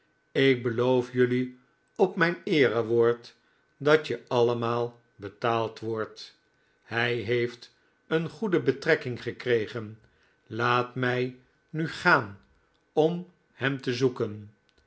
ik beloof jelui op mijn eerewoord dat je allemaal betaald wordt hij heeft een goede betrekking gekregen laat mij nu gaan om hem te zoeken